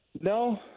No